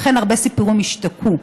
לכן הרבה סיפורים הושתקו.